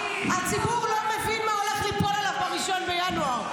הציבור לא מבין מה הולך ליפול עליו ב-1 בינואר.